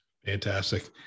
Fantastic